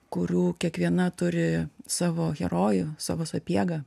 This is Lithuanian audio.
kurių kiekviena turi savo herojų savo sapiegą